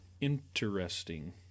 Interesting